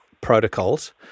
protocols